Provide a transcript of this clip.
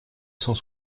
cent